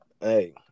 Hey